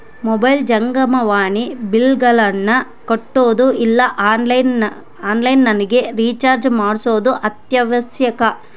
mobile ಜಂಗಮವಾಣಿ ಬಿಲ್ಲ್ಗಳನ್ನ ಕಟ್ಟೊದು ಇಲ್ಲ ಆನ್ಲೈನ್ ನಗ ರಿಚಾರ್ಜ್ ಮಾಡ್ಸೊದು ಅತ್ಯವಶ್ಯಕ